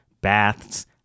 baths